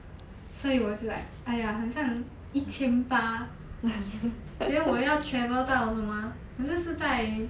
so it was like !aiya! 很像一千八 then 我要 travel 到什么 ah 好像是在